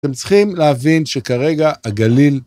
אתם צריכים להבין שכרגע הגליל...